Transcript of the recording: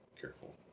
Careful